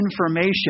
information